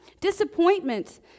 Disappointment